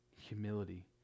humility